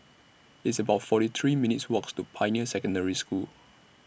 It's about forty three minutes' Walks to Pioneer Secondary School